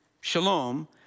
Shalom